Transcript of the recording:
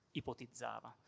ipotizzava